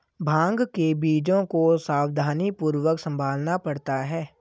भांग के बीजों को सावधानीपूर्वक संभालना पड़ता है